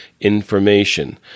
information